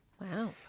Wow